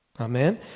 Amen